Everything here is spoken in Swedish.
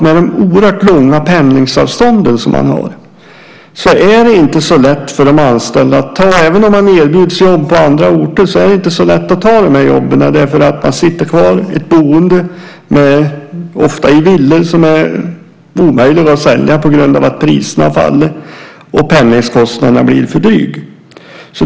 Med de oerhört långa pendlingsavstånden är det inte så lätt för anställda att ta jobb även om man erbjuds jobb på annan ort. Man sitter kvar i ett boende, ofta villor som är omöjliga att sälja på grund av att priserna har fallit, och pendlingskostnaden blir för dryg.